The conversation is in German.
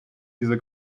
dieser